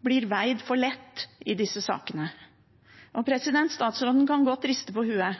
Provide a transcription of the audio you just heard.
blir veid for lett i disse sakene. Statsråden kan godt riste på hodet,